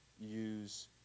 use